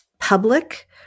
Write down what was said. public